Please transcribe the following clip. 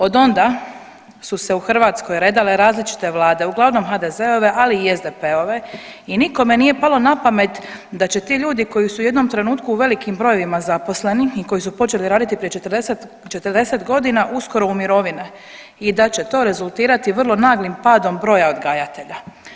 Od onda su se u Hrvatskoj redale različite vlade uglavnom HDZ-ove, ali i SDP-ove i nikome nije palo na pamet da će ti ljudi koji su u jednom trenutku u velikim brojevima zaposleni i koji su počeli raditi prije 40 godina uskoro u mirovine i da će to rezultirati vrlo naglim padom broja odgajatelja.